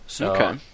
Okay